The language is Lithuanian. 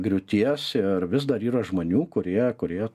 griūties ir vis dar yra žmonių kurie kurie